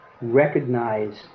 recognize